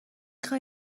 خوای